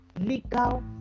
legal